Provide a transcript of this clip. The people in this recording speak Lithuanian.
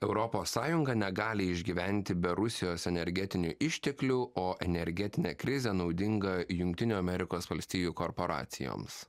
europos sąjunga negali išgyventi be rusijos energetinių išteklių o energetinė krizė naudinga jungtinių amerikos valstijų korporacijoms